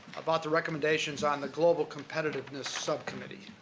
about the recommendations on the global competitiveness subcommittee.